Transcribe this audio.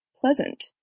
pleasant